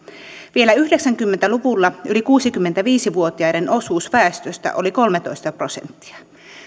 vielä yhdeksänkymmentä luvulla yli kuusikymmentäviisi vuotiaiden osuus väestöstä oli kolmetoista prosenttia